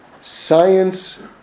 science